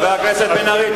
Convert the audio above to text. חבר הכנסת בן-ארי,